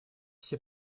все